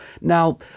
Now